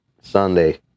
Sunday